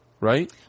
Right